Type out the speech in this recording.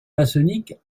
maçonnique